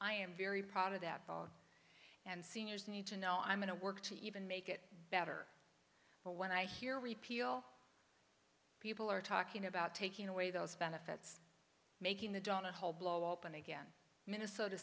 i am very proud of that and seniors need to know i'm going to work to even make it better but when i hear repeal people are talking about taking away those benefits making the donahoe blow open again minnesota